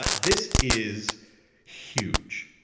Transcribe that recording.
but this is huge.